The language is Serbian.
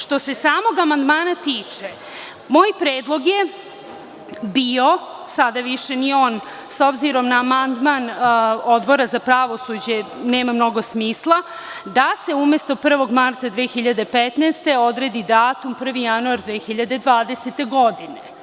Što se samog amandmana tiče, moj predlog je bio, sada više nije, s obzirom na amandman Odbora na pravosuđe nema mnogo smisla, da se umesto 1. marta 2015. godine odredi datum 1. januar 2020. godine.